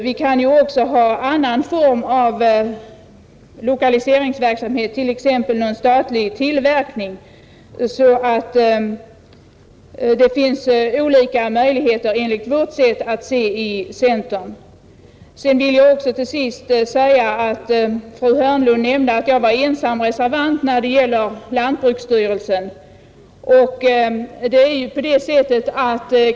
Vi kan ju också ha en annan form av lokaliseringsverksamhet, t.ex. någon statlig tillverkning. Det finns alltså olika möjligheter enligt vårt sätt att se inom centern. Fru Hörnlund nämnde att jag var ensam reservant när det gällde lantbruksstyrelsen.